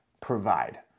provide